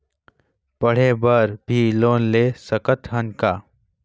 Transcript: पढ़े बर भी लोन ले सकत हन का?